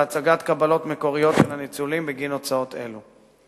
והצגת קבלות מקוריות בגין הוצאות אלו.